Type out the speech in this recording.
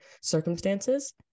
circumstances